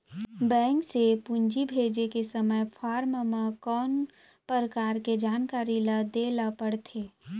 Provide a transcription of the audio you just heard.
Bank से पूंजी भेजे के समय फॉर्म म कौन परकार के जानकारी ल दे ला पड़थे?